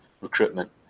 recruitment